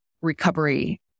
recovery